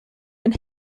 been